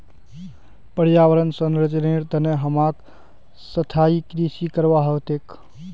पर्यावन संरक्षनेर तने हमसाक स्थायी कृषि करवा ह तोक